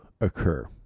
occur